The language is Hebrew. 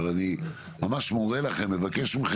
אני לא יכול להכניס את זה לחוק ההסדרים ולהצביע על זה,